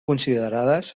considerades